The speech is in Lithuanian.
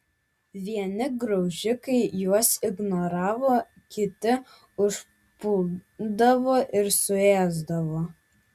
vieni graužikai juos ignoravo kiti užpuldavo ir suėsdavo